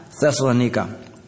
Thessalonica